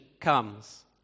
comes